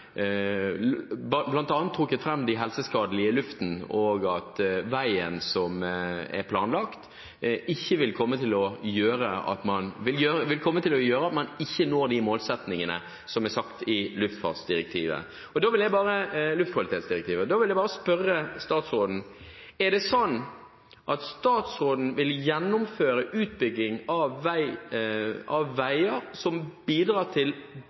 trukket fram den helseskadelige luften, og at veien som er planlagt, vil komme til å gjøre at man ikke når de målsettingene som er satt i luftkvalitetsdirektivet. Da vil jeg spørre statsråden: Er det sånn at statsråden vil gjennomføre utbygging av veier som bidrar til dårligere luftkvalitet og ytterligere skader hos Oslos befolkning, og ytterligere bryter ESAs anbefalinger, eller er det sånn at statsråden vil si at vi gjør det som